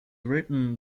written